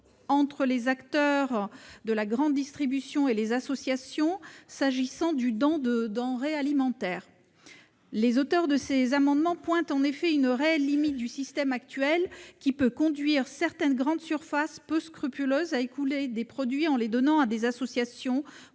entre les acteurs de la grande distribution et les associations concernant les dons de denrées alimentaires. Les auteurs de ces amendements pointent en effet une réelle limite du système actuel, qui peut conduire certaines grandes surfaces peu scrupuleuses à écouler des produits en les donnant à des associations,